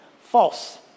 False